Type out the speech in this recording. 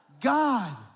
God